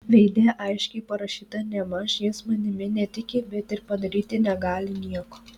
veide aiškiai parašyta nėmaž jis manimi netiki bet ir padaryti negali nieko